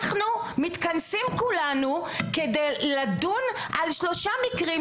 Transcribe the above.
אנחנו מתכנסים כולנו כדי לדון על שלושה מקרים,